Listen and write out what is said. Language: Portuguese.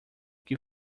que